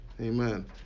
Amen